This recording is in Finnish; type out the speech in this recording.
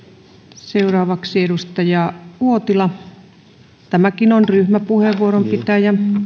seuraavaksi edustaja uotila tämäkin on ryhmäpuheenvuoron pitäjä